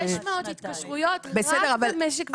600 התקשרויות רק במשק וכלכלה.